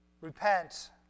repent